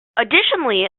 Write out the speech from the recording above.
additionally